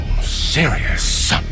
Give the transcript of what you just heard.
serious